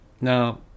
Now